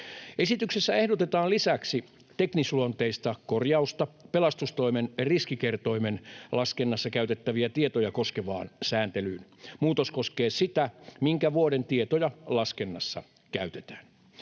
Esityksessä ehdotetaan lisäksi teknisluonteista korjausta pelastustoimen riskikertoimen laskennassa käytettäviä tietoja koskevaan sääntelyyn. Muutos koskee sitä, minkä vuoden tietoja laskennassa käytetään.